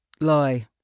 lie